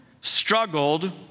struggled